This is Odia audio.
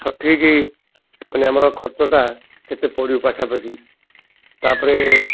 ସଠିକ ମାନେ ଆମର ଖର୍ଚ୍ଚଟା କେତେ ପଡ଼ିବ ପାଖାପାଖି ତା'ପରେ